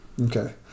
Okay